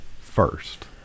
first